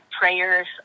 prayers